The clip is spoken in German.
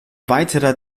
weiterer